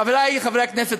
חברי חברי הכנסת,